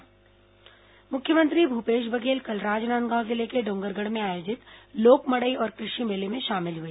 मुख्यमंत्री लोक मडई मुख्यमंत्री भूपेश बघेल कल राजनांदगांव जिले के डोंगरगढ़ में आयोजित लोक मड़ई और कृ षि मेले में शामिल हुए